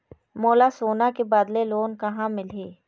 मोला सोना के बदले लोन कहां मिलही?